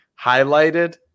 Highlighted